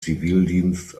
zivildienst